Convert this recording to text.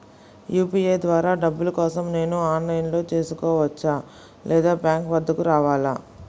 UPI ద్వారా డబ్బులు కోసం నేను ఆన్లైన్లో చేసుకోవచ్చా? లేదా బ్యాంక్ వద్దకు రావాలా?